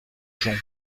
jonc